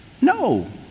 No